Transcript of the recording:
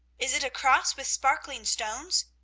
is it a cross with sparkling stones?